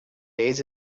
days